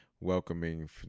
welcoming